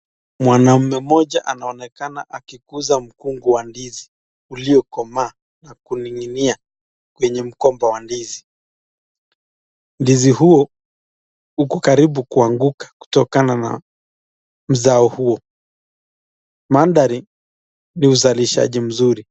Mwanaume mmoja anaonekana akiguza mkungu wa ndizi uliokomaa na kuninginia kwenye mkopa wa ndizi. Ndizi huu uko karibu kuanguka kutokana na mzao huo. Mandhari ni uzalishaji mzuri.